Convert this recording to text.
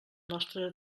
nostre